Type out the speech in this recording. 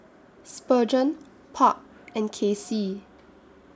Spurgeon Park and Kaycee